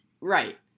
right